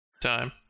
time